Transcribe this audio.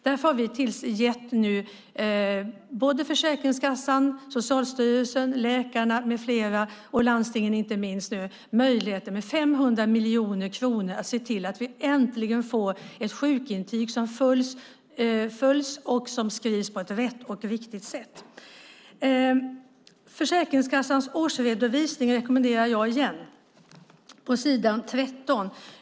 Därför har vi nu gett Försäkringskassan, Socialstyrelsen, läkarna och inte minst landstingen 500 miljoner kronor så att vi äntligen får medicinska underlag som följs och som skrivs på rätt och riktigt sätt. Försäkringskassans årsredovisning, sidan 13, rekommenderar jag igen.